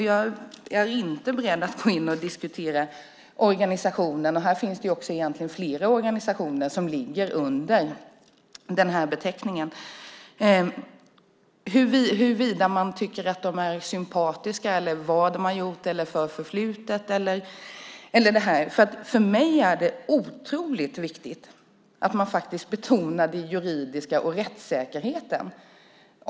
Jag är inte beredd att diskutera organisationen - det finns egentligen flera organisationer som ligger under den här beteckningen - och huruvida man tycker att de är sympatiska, vad de har gjort eller vilket förflutet de har. För mig är det otroligt viktigt att man betonar det juridiska och rättssäkerheten.